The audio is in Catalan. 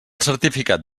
certificat